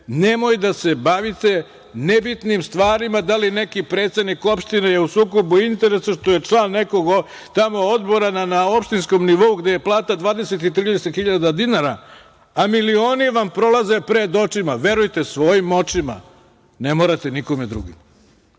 Nemojte da se bavite nebitnim stvarima, da li neki predsednik opštine je u sukobu interesa što je član nekog tamo odbora na opštinskom nivou gde je plata 20 ili 30 hiljada dinara, a milioni vam prolaze pred očima. Verujte svojim očima, ne morate nikom drugom. Ja